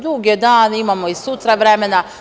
Dug je dan, imamo i sutra vremena.